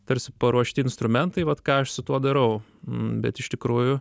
tarsi paruošti instrumentai vat ką aš su tuo darau bet iš tikrųjų